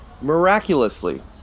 miraculously